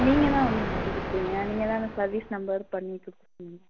நீங்கள் தான் வந்து மாற்றி கொடுத்திங்க நீங்கள் தானே சர்வீஸ் நம்பர் பண்ணி கொடுத்திங்க